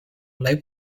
live